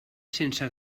sense